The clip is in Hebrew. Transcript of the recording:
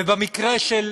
ובמקרה של